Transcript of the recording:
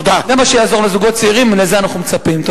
זה מה שיעזור לזוגות צעירים, ולזה אנחנו מצפים.